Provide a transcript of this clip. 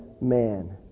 man